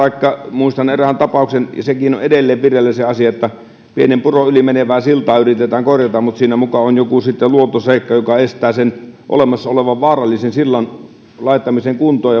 muistan erään tapauksen ja sekin asia on edelleen vireillä jossa pienen puron yli menevää siltaa yritetään korjata mutta siinä muka on joku luontoseikka joka estää sen olemassa olevan vaarallisen sillan laittamisen kuntoon